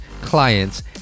clients